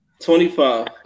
25